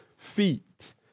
feet